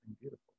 beautiful